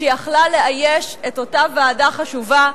שיכלה לאייש מקום באותה ועדה חשובה.